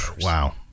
Wow